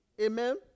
Amen